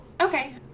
Okay